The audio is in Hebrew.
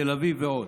תל אביב ועוד.